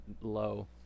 low